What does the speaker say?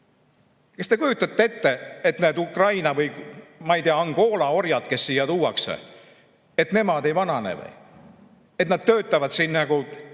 Kas te kujutate ette, et need Ukraina või, ma ei tea, Angola orjad, kes siia tuuakse, ei vanane, et nad töötavad siis nagu